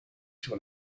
sur